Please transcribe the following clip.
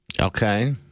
Okay